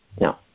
no